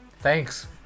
thanks